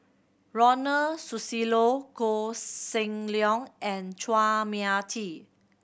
Ronald Susilo Koh Seng Leong and Chua Mia Tee